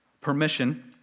permission